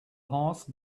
horse